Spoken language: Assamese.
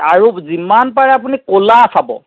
আৰু যিমান পাৰে আপুনি ক'লা চাব